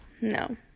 No